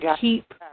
keep